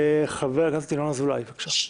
חבר הכנסת ינון אזולאי, בבקשה.